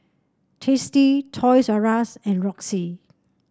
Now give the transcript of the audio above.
Tasty Toys R Us and Roxy